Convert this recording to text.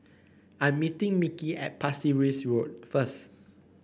I'm meeting Mickey at Pasir Ris Road first